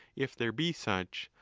if there be such,